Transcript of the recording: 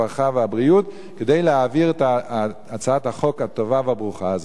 הרווחה והבריאות כדי להעביר את הצעת החוק הטובה והברוכה הזו?